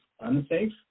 unsafe